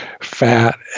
fat